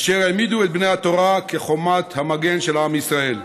אשר העמידו את בני התורה כחומת המגן של עם ישראל.